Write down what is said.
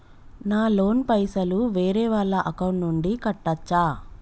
నా లోన్ పైసలు వేరే వాళ్ల అకౌంట్ నుండి కట్టచ్చా?